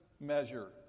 measure